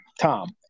Tom